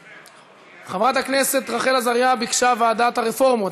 חברת הכנסת רחל עזריה ביקשה ועדת הרפורמות,